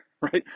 right